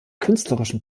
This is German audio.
künstlerischen